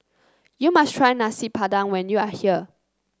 you must try Nasi Padang when you are here